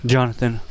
Jonathan